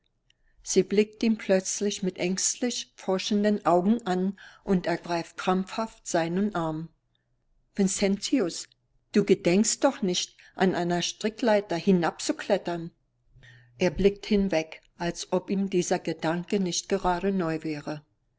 sie blickt ihn plötzlich mit ängstlich forschenden augen an und ergreift krampfhaft seinen arm vincentius du gedenkst doch nicht an einer strickleiter hinabzuklettern er blickt hinweg als ob ihm dieser gedanke nicht gerade neu wäre